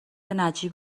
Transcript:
نجیب